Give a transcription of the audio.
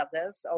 others